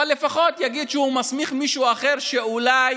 אבל לפחות יגיד שהוא מסמיך מישהו אחר, שאולי